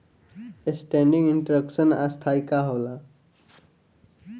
Standing instruction स्थाई आदेश का होला?